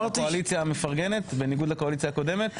הקואליציה המפרגנת בניגוד לקואליציה הקודמת?